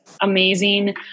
amazing